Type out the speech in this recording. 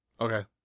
okay